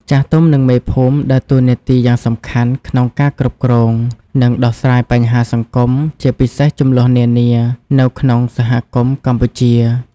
ចាស់ទុំ និងមេភូមិដើរតួនាទីយ៉ាងសំខាន់ក្នុងការគ្រប់គ្រង និងដោះស្រាយបញ្ហាសង្គម ជាពិសេសជម្លោះនានា នៅក្នុងសហគមន៍កម្ពុជា។